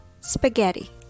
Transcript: Spaghetti